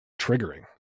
triggering